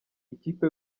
ikipe